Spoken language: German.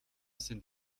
sind